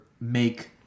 make